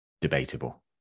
debatable